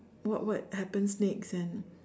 what what happens next and